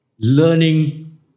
Learning